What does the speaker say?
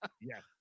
Yes